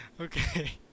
Okay